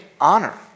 honor